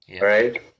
Right